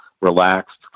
relaxed